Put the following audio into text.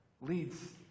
leads